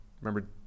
remember